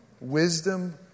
Wisdom